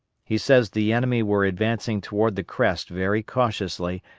he says the enemy were advancing toward the crest very cautiously,